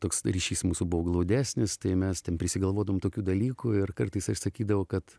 toks ryšys mūsų buvo glaudesnis tai mes ten prisigalvodavom tokių dalykų ir kartais aš sakydavau kad